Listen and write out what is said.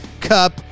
cup